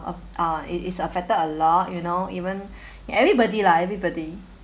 um uh it it's affected a lot you know even everybody lah everybody